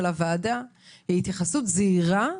של הוועדה כהתייחסות זהירה,